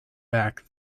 back